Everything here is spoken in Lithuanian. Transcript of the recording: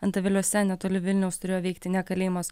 antaviliuose netoli vilniaus turėjo vykti ne kalėjimas